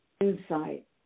insight